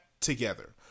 together